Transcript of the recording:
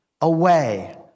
away